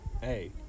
Hey